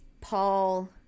Paul